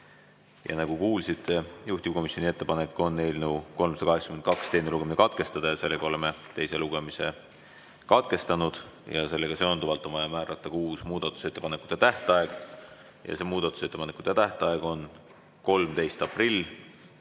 Nagu kuulsite, juhtivkomisjoni ettepanek on eelnõu 382 teine lugemine katkestada. Oleme teise lugemise katkestanud. Sellega seonduvalt on vaja määrata uus muudatusettepanekute tähtaeg ja see muudatusettepanekute tähtaeg on 13. aprill